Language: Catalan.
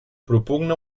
propugna